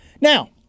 Now